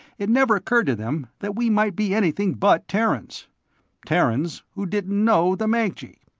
it never occurred to them that we might be anything but terrans terrans who didn't know the mancji.